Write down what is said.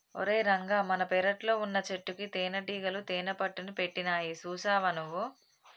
ఓరై రంగ మన పెరట్లో వున్నచెట్టుకి తేనటీగలు తేనెపట్టుని పెట్టినాయి సూసావా నువ్వు